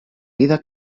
vida